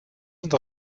und